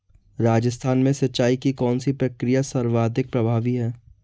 राजस्थान में सिंचाई की कौनसी प्रक्रिया सर्वाधिक प्रभावी है?